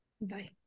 Bye